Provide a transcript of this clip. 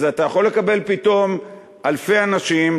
אתה יכול לקבל פתאום אלפי אנשים,